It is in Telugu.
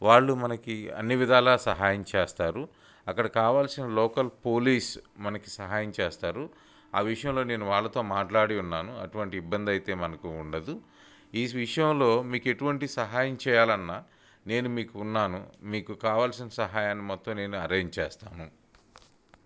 వాళ్ళు మనకి అన్ని విధాలా సహాయం చేస్తారు అక్కడ కావల్సిన లోకల్ పోలీస్ మనకి సహాయం చేస్తారు ఆ విషయంలో నేను వాళ్ళతో మాట్లాడి ఉన్నాను అటువంటి ఇబ్బంది అయితే మనకు ఉండదు ఈ విషయంలో మీకు ఎటువంటి సహాయం చేయాలన్నా నేను మీకు ఉన్నాను మీకు కావల్సిన సహాయాన్ని మొత్తం నేను అరేంజ్ చేస్తాను